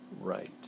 Right